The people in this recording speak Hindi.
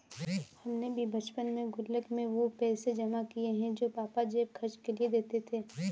हमने भी बचपन में गुल्लक में वो पैसे जमा किये हैं जो पापा जेब खर्च के लिए देते थे